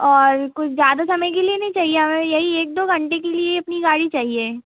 और कुछ ज़्यादा समय के लिए नहीं चाहिए हमें यही एक दो घंटे के लिए अपनी गाड़ी चाहिए